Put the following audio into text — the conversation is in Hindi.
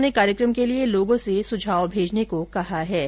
उन्होंने कार्यक्रम के लिए लोगों से सुझाव भेजने को कहा है